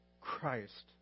Christ